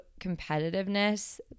competitiveness